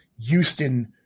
Houston